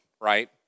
right